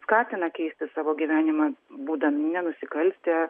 skatina keisti savo gyvenimą būdami nenusikaltę